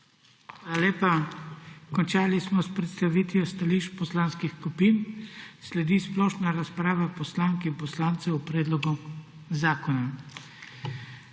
lepa. Končali smo s predstavitvijo stališč poslanskih skupin. Sledi splošna razprava poslank in poslancev o predlogu zakona.